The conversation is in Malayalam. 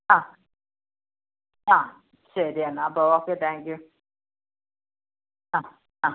ആ ആ ശരി എന്നാൽ അപ്പോൾ ഓക്കെ താങ്ക് യൂ ആ ആ